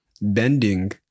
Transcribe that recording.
bending